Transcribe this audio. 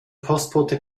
postbote